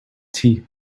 tea